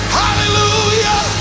hallelujah